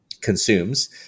consumes